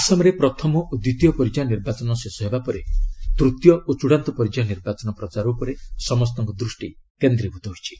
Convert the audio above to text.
ଆସାମରେ ପ୍ରଥମ ଓ ଦ୍ୱିତୀୟ ପର୍ଯ୍ୟାୟ ନିର୍ବାଚନ ଶେଷ ହେବା ପରେ ତୃତୀୟ ଓ ଚୂଡ଼ାନ୍ତ ପର୍ଯ୍ୟାୟ ନିର୍ବାଚନ ପ୍ରଚାର ଉପରେ ସମସ୍ତଙ୍କ ଦୃଷ୍ଟି କେନ୍ଦ୍ରୀଭୂତ ହୋଇଛି